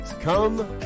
come